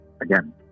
again